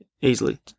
Easily